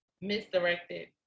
misdirected